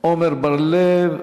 עמר בר-לב.